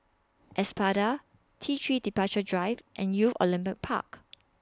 Espada T three Departure Drive and Youth Olympic Park